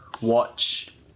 watch